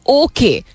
okay